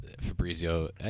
Fabrizio